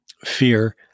fear